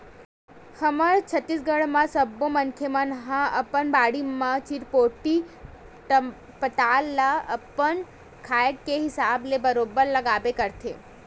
हमर छत्तीसगढ़ म सब्बो मनखे मन ह अपन बाड़ी म चिरपोटी पताल ल अपन खाए के हिसाब ले बरोबर लगाबे करथे